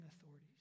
authorities